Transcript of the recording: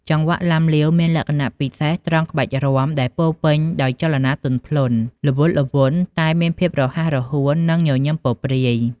ចង្វាក់ឡាំលាវ មានលក្ខណៈពិសេសត្រង់ក្បាច់រាំដែលពោរពេញដោយចលនាទន់ភ្លន់ ល្វត់ល្វន់ តែមានភាពរហ័សរហួន និងញញឹមពព្រាយ។